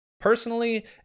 Personally